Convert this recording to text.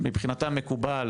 מבחינתם מקובל